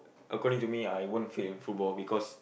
according to me I won't fail in football because